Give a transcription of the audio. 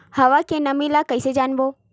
हवा के नमी ल कइसे जानबो?